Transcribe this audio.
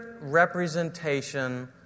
representation